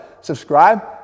subscribe